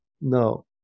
No